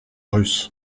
russe